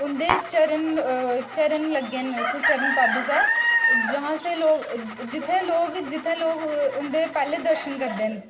उं'दे चरण चरण लग्गे न उत्थे चरण पादुका ऐ यहां से लोग जित्थें लोक जित्थें लोक उं'दे पैह्लें दर्शन करदे न